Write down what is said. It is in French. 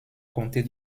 compter